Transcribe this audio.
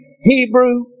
Hebrew